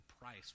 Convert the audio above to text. price